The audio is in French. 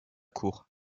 cour